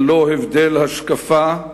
ללא הבדל השקפה,